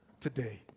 today